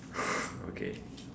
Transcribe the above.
okay